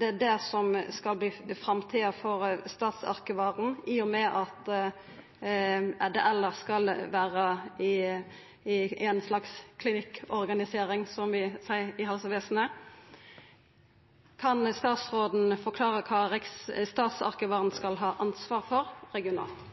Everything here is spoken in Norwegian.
det er det som skal verta framtida for statsarkivaren, i og med at det elles skal vera ei slags «klinikkorganisering», som vi seier i helsevesenet? Kan statsråden forklara kva statsarkivaren skal ha ansvar for regionalt?